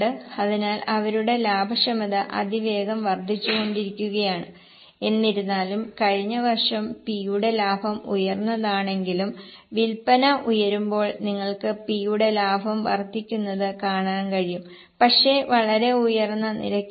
അതിനാൽ അവരുടെ ലാഭക്ഷമത അതിവേഗം വർദ്ധിച്ചുകൊണ്ടിരിക്കുകയാണ് എന്നിരുന്നാലും കഴിഞ്ഞ വർഷം P യുടെ ലാഭം ഉയർന്നതാണെങ്കിലും വിൽപ്പന ഉയരുമ്പോൾ നിങ്ങൾക്ക് P യുടെ ലാഭം വർദ്ധിക്കുന്നത് കാണാൻ കഴിയും പക്ഷേ വളരെ ഉയർന്ന നിരക്കിലല്ല